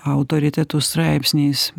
autoritetų straipsniais